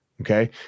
Okay